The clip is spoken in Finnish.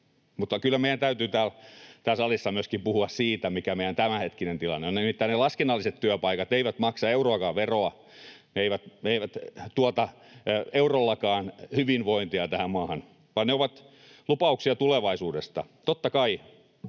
mutta kyllä meidän täytyy täällä salissa myöskin puhua siitä, mikä meidän tämänhetkinen tilanne on. Nimittäin ne laskennalliset työpaikat eivät maksa euroakaan veroa, ne eivät tuota eurollakaan hyvinvointia tähän maahan, vaan ne ovat lupauksia tulevaisuudesta. Totta kai